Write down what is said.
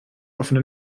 offene